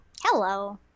Hello